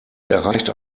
erreicht